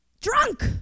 Drunk